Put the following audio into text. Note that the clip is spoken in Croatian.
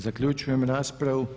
Zaključujem raspravu.